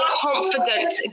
confident